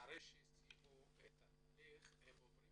אחרי שסיימו את התהליך הם עוברים